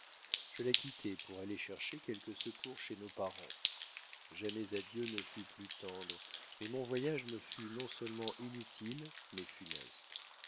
je la quittai pour aller chercher quelque secours chez nos parents jamais adieu ne fut plus tendre mais mon voyage me fut non-seulement inutile mais funeste